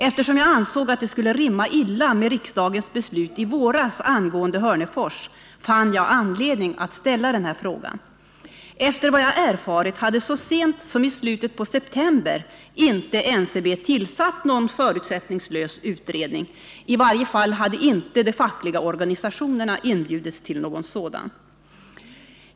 Eftersom jag ansåg att det skulle rimma illa med riksdagens beslut i våras angående Hörnefors fann jag anledning att ställa den här frågan. Efter vad jag erfarit hade NCB så sent som i slutet på september inte tillsatt någon förutsättningslös utredning; i varje fall hade inte de fackliga organisationerna inbjudits till någon sådan.